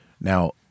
Now